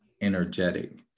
energetic